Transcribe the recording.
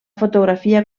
fotografia